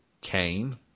Cain